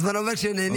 הזמן עובר כשנהנים.